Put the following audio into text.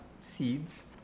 seeds